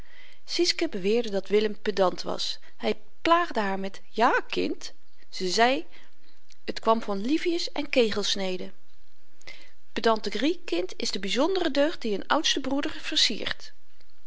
sietske beweerde dat willem pedant was hy plaagde haar met ja kind ze zei t kwam van livius en kegelsneden pedanterie kind is de byzondere deugd die n oudsten broeder